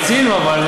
רצינו, אבל,